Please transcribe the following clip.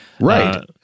Right